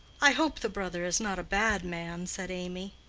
i hope the brother is not a bad man, said amy.